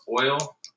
oil